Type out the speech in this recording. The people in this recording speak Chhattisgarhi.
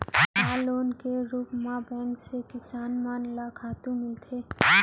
का लोन के रूप मा बैंक से किसान मन ला खातू मिलथे?